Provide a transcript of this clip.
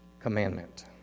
commandment